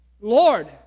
Lord